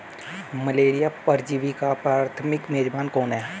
Malaria परजीवी का प्राथमिक मेजबान कौन है?